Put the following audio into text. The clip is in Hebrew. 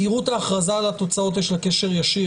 למהירות ההכרזה על התוצאות יש קשר ישיר